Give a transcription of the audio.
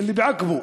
אלה שמגיבים?